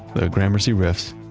the gramercy riffs,